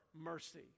mercy